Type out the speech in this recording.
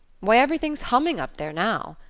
why, everything's humming up there now.